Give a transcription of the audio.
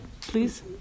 please